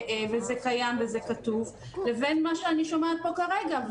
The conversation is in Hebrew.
וזה קיים וזה כתוב, לבין מה שאני שומעת פה כרגע.